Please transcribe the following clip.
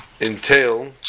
Entail